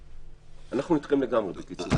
אנחנו אתכם לגמרי בקטע הזה.